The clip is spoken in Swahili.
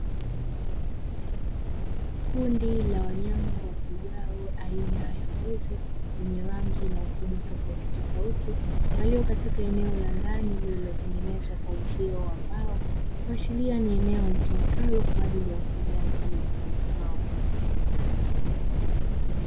Kundi lawanyama wafugwao aina ya mbuzi wenye rangi na ukubwa tofautitofauti, walio katika eneo la ndani lililo tengenezwa kwa uzio wa mbao kuashiria ni eneo litumikalo kwaajili ya ufugaji wa wanyama hao.